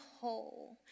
whole